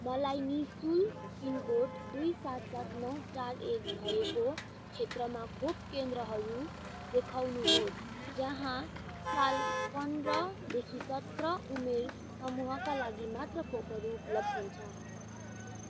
मलाई नि शुल्क पिनकोड दुई सात सात नौ चार एक भएको क्षेत्रमा खोप केन्द्रहरू देखाउनुहोस् जहाँ साल पन्द्रदेखि सत्रह उमेर समूहका लागि मात्र खोपहरू उपलब्ध हुन्छ